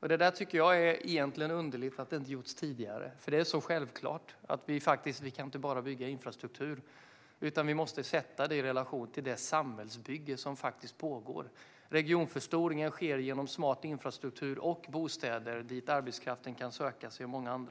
Det är egentligen underligt att det inte har gjorts tidigare. Det är så självklart. Vi kan inte bara bygga infrastruktur, utan vi måste sätta det i relation till det samhällsbygge som pågår. Regionförstoringen sker genom smart infrastruktur och bostäder dit arbetskraften och många andra